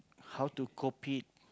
how to cope it